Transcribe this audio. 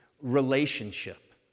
relationship